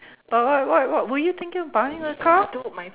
but what what what were you thinking of buying a car